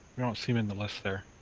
we don't see him in the list here.